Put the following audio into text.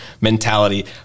mentality